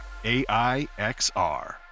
AIXR